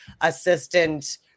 assistant